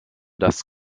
das